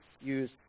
use